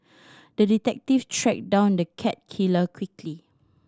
the detective tracked down the cat killer quickly